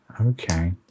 Okay